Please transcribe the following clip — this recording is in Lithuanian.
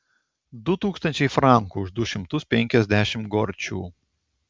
du tūkstančiai frankų už du šimtus penkiasdešimt gorčių